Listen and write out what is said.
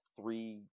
three